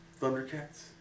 Thundercats